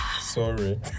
Sorry